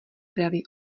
pravý